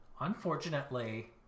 unfortunately